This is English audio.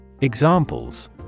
Examples